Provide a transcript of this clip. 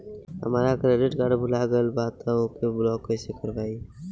हमार credit card भुला गएल बा त ओके ब्लॉक कइसे करवाई?